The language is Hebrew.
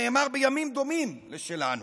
נאמר בימים דומים לשלנו.